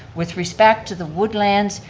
with respect to the woodlands,